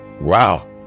Wow